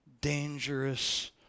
dangerous